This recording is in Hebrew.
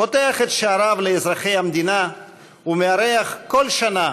פותח את שעריו לאזרחי המדינה ומארח כל שנה